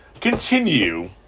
continue